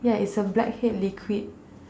ya it's a black head liquid